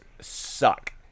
suck